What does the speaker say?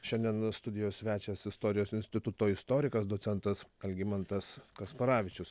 šiandien studijos svečias istorijos instituto istorikas docentas algimantas kasparavičius